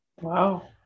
Wow